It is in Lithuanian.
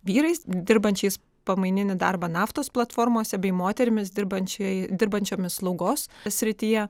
vyrais dirbančiais pamaininį darbą naftos platformose bei moterimis dirbančiai dirbančiomis slaugos srityje